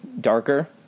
darker